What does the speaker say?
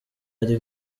ari